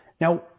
Now